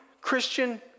Christian